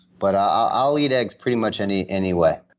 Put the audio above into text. but i'll eat eggs pretty much any any way.